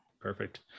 Perfect